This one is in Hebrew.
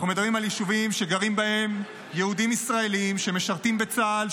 אנחנו מדברים על יישובים שגרים בהם יהודים ישראלים שמשרתים בצה"ל,